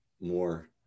more